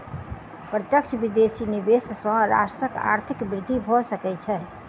प्रत्यक्ष विदेशी निवेश सॅ राष्ट्रक आर्थिक वृद्धि भ सकै छै